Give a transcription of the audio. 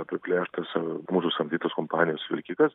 apiplėštas a mūsų samdytos kompanijos vilkikas